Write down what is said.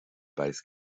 bass